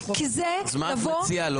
כי זה לבוא ולעשות --- אז מה את מציעה?